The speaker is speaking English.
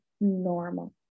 normal